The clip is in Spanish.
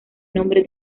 nombre